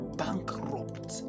bankrupt